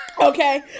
Okay